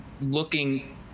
looking